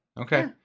Okay